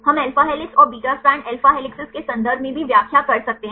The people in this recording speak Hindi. हम अल्फा हेलिक्स और बीटा स्ट्रैंड अल्फा हेलिसेस के संदर्भ में भी व्याख्या कर सकते हैं